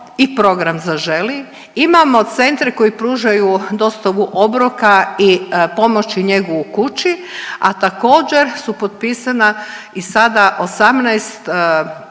i program „Zaželi“, imamo centre koji pružaju dostavu obroka i pomoć i njegu u kući, a također su potpisana i sada 18,